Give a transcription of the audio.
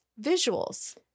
Visuals